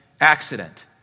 accident